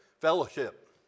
fellowship